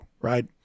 right